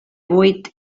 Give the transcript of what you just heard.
buit